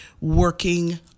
working